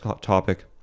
topic